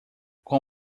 com